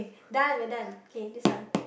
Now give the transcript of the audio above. done we're done K this one